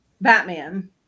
Batman